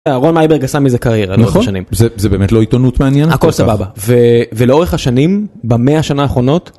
אהרון מייברג עשה מזה קריירה לאורך השנים, זה באמת לא עיתונות מעניינת, הכל סבבה ולאורך השנים במאה השנה האחרונות.